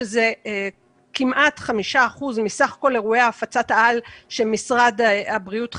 שזה כמעט 5% מסך כול אירועי הפצת-על שמשרד הבריאות חקר,